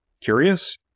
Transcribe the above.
Curious